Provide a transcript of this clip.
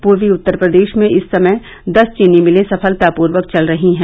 पूर्वी उत्तर प्रदेश में इस समय दस चीनी मिलें सफलतपूर्वक चल रही हैं